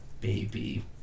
baby